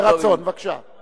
ברצון, בבקשה.